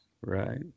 Right